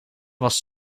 was